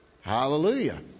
Hallelujah